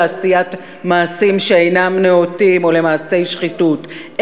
לעשיית מעשים שאינם נאותים או למעשי שחיתות,